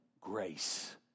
grace